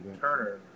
Turner